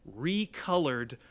recolored